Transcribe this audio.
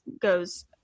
goes